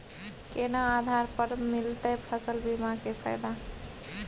केना आधार पर मिलतै फसल बीमा के फैदा?